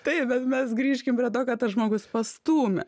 taip bet mes grįžkim prie to kad tas žmogus pastūmė